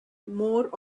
more